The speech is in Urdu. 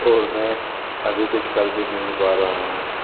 اور میں ابھی کچھ کر بھی نہیں پا رہا ہوں